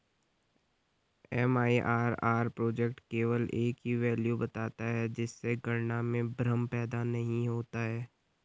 MIRR project केवल एक ही वैल्यू बताता है जिससे गणना में भ्रम पैदा नहीं होता है